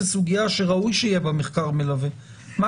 זו סוגיה שראוי שיהיה בה מחקר מלווה: מה